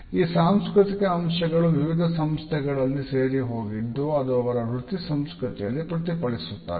ಈ ಸಾಂಸ್ಕೃತಿಕ ಅಂಶಗಳು ವಿವಿಧ ಸಂಸ್ಥೆಗಳಲ್ಲಿ ಸೇರಿ ಹೋಗಿದ್ದು ಅದು ಅವರ ವೃತ್ತಿ ಸಂಸ್ಕೃತಿಯಲ್ಲಿ ಪ್ರತಿಫಲಿಸುತ್ತದೆ